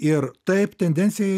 ir taip tendencija